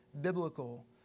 biblical